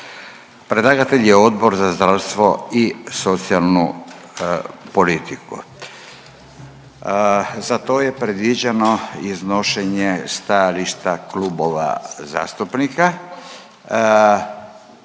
Predlagatelj je Odbor za zdravstvo i socijalnu politiku. Za to je predviđeno iznošenje stajališta klubova zastupnika.